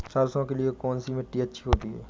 सरसो के लिए कौन सी मिट्टी अच्छी होती है?